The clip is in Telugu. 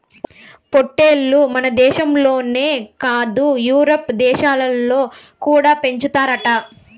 పొట్టేల్లు మనదేశంలోనే కాదు యూరోప్ దేశాలలో కూడా పెంచుతారట